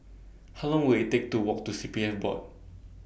How Long Will IT Take to Walk to C P F Board